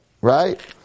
Right